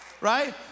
Right